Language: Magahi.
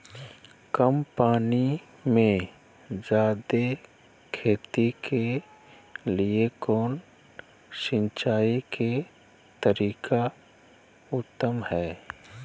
कम पानी में जयादे खेती के लिए कौन सिंचाई के तरीका उत्तम है?